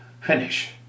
finish